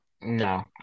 No